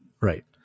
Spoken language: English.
Right